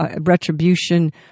retribution